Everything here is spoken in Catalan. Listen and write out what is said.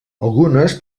algunes